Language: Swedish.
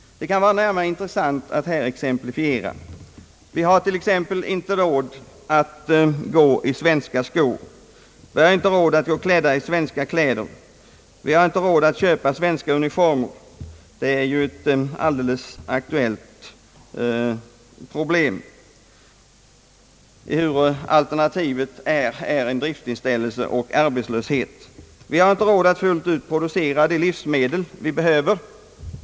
Det kan vara intressant att här närmare exemplifiera detta. Vi har t.ex. inte råd att gå i svenska skor. Vi har inte råd att gå klädda i svenska kläder. Vi har inte råd att köpa svenska uniformer — det är ett alldeles aktuellt problem — ehuru alternativet är driftinställelse och arbetslöshet. Vi har inte råd att fullt ut producera de livsmedel vi behöver.